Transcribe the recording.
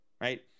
right